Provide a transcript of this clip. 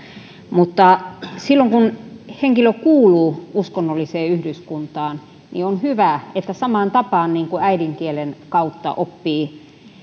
mutta silloin kun henkilö kuuluu uskonnolliseen yhdyskuntaan on hyvä että samaan tapaan kuin äidinkielen kautta oppii ja